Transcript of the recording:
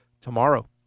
tomorrow